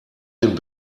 dem